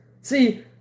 See